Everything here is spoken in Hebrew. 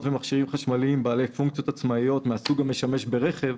ומכשירים חשמליים בעלי פונקציות עצמאיות מהסוג המשמש ברכב".